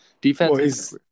Defense